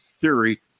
theory